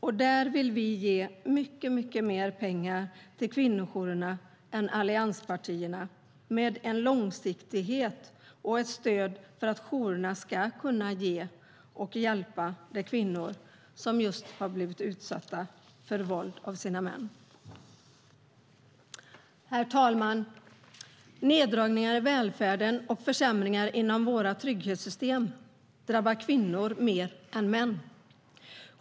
Därför vill vi ge mycket mer pengar till kvinnojourerna än allianspartierna, med en långsiktighet och som ett stöd för att jourerna ska kunna hjälpa de kvinnor som just har blivit utsatta för våld av sina män. Herr talman! Neddragningar i välfärden och försämringar inom våra trygghetssystem drabbar kvinnor mer än män.